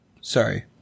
sorry